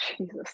Jesus